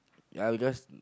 I'll guess